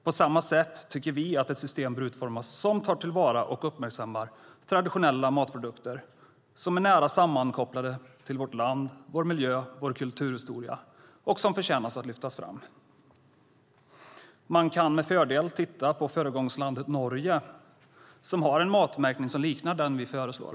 På samma sätt tycker vi att ett system bör utformas som tar till vara och uppmärksammar traditionella matprodukter som är nära sammankopplade till vårt land, vår miljö och vår kulturhistoria och som förtjänar att lyftas fram. Man kan med fördel titta på föregångslandet Norge som har en matmärkning som liknar den vi föreslår.